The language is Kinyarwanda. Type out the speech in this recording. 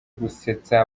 gusetsa